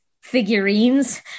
figurines